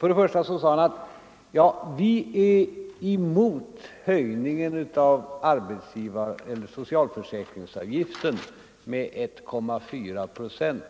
Han sade: Vi är emot höjningen av socialförsäkringsavgiften med 1,4 procent